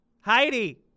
Heidi